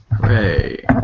Hooray